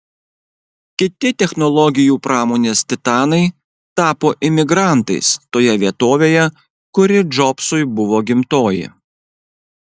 kiti technologijų pramonės titanai tapo imigrantais toje vietovėje kuri džobsui buvo gimtoji